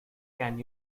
can